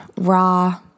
raw